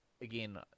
again